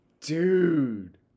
Dude